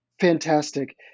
fantastic